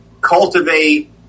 cultivate